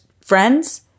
friends